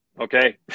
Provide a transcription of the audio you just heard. okay